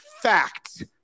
Fact